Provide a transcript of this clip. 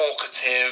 talkative